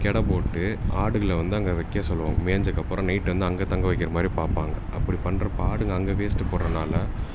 கெடை போட்டு ஆடுகளை வந்து அங்கே வைக்க சொல்லுவோம் மேஞ்சதுக்க அப்புறம் நைட்டு வந்து அங்கே தங்க வைக்கிற மாதிரி பார்ப்பாங்க அப்படி பண்ணுறப்ப ஆடுங்க அங்கே வேஸ்ட்டு போடறனால